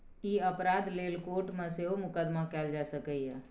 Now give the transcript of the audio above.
ई अपराध लेल कोर्ट मे सेहो मुकदमा कएल जा सकैए